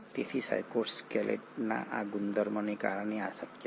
તેથી સાઇટોસ્કેલેટનના આ ગુણધર્મને કારણે આ શક્ય છે